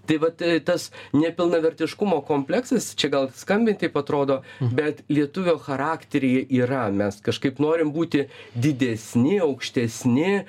tai vat tas nepilnavertiškumo kompleksas čia gal skambiai taip atrodo bet lietuvio charakteryje yra mes kažkaip norim būti didesni aukštesni